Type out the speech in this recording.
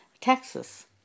Texas